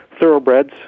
thoroughbreds